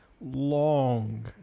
long